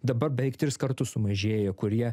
dabar beveik tris kartus sumažėjo kurie